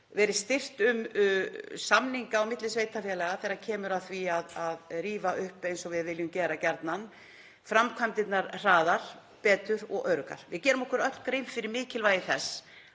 verið stirt um samninga á milli sveitarfélaga þegar kemur að því að rífa upp, eins og við viljum gera gjarnan, framkvæmdirnar hraðar, betur og öruggar. Við gerum okkur öll grein fyrir mikilvægi þess